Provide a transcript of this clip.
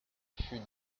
fut